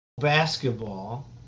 basketball